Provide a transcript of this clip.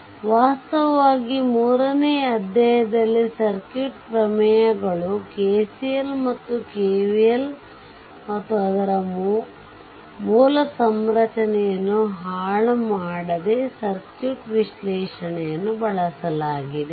ಆದ್ದರಿಂದ ವಾಸ್ತವವಾಗಿ 3ನೇ ಅಧ್ಯಾಯದಲ್ಲಿ ಸರ್ಕ್ಯೂಟ್ ಪ್ರಮೇಯಗಳು KCL ಮತ್ತು KVL ಮತ್ತು ಅದರ ಮೂಲ ಸಂರಚನೆಯನ್ನು ಹಾಳು ಮಾಡದೆ ಸರ್ಕ್ಯೂಟ್ ವಿಶ್ಲೇಷಣೆಯನ್ನು ಬಳಸಲಾಗಿದೆ